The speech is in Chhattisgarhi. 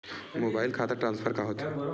मोबाइल खाता ट्रान्सफर का होथे?